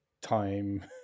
time